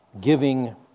giving